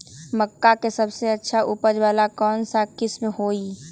मक्का के सबसे अच्छा उपज वाला कौन किस्म होई?